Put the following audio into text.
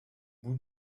bout